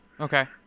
Okay